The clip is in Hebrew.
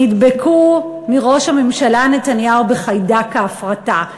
נדבקו מראש הממשלה נתניהו בחיידק ההפרטה.